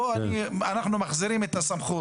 לא קשור לבתי חולים.